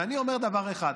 ואני אומר דבר אחד: